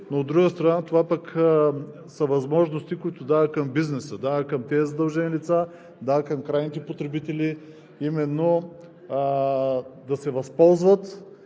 Но, от друга страна, това пък са възможности, които се дават към бизнеса, към тези задължени лица, към крайните потребители именно да се възползват